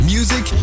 Music